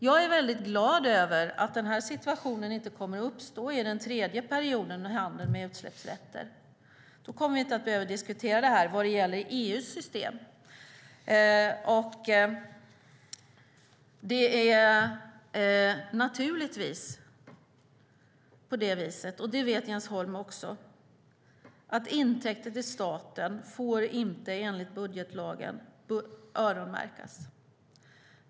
Jag är väldigt glad över att den här situationen inte kommer att uppstå i den tredje perioden med handeln med utsläppsrätter. Då kommer vi inte att behöva diskutera det här vad gäller EU:s system. Det är naturligtvis på det viset - det vet Jens Holm också - att intäkter till staten inte får öronmärkas, enligt budgetlagen.